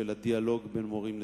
של הדיאלוג בין מורים לתלמידים.